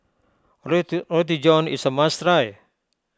Roti Roti John is a must try